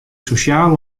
sosjale